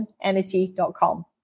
energy.com